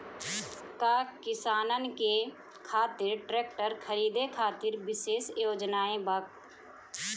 का किसानन के खातिर ट्रैक्टर खरीदे खातिर विशेष योजनाएं बा?